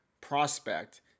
prospect